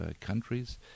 countries